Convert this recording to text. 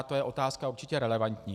To je otázka určitě relevantní.